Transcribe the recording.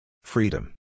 Freedom